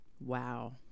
Wow